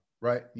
right